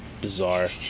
Bizarre